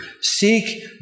Seek